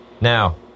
Now